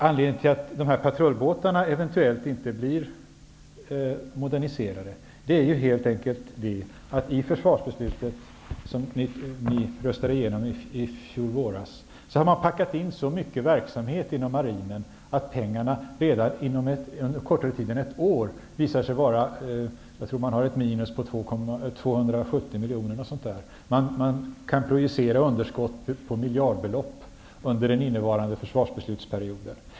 Anledningen till att dessa patrullbåtar eventuellt inte blir moderniserade är helt enkelt att man i det försvarsbeslut som ni röstade igenom i våras hade packat in så mycket verksamhet inom marinen att pengarna tagit slut inom kortare tid än ett år. Jag tror att man har ett minus på ca 270 miljoner. Man kan förvänta underskott på miljardbelopp under den innevarande försvarsbeslutsperioden.